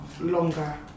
longer